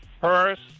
first